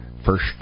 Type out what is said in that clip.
First